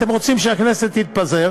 אתם רוצים שהכנסת הזאת תתפזר.